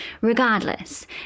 regardless